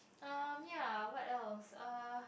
um ya what esle (uh(